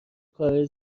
کارهای